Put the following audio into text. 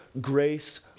grace